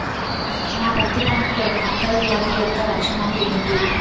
నా పత్తి పంటలో ఫంగల్ వ్యాధి యెక్క లక్షణాలు ఏంటి?